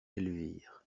elvire